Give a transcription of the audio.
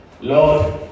lord